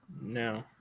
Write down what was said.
No